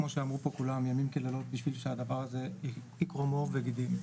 כימים פה כדי שהדבר הזה יקרום עור וגידים,